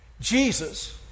Jesus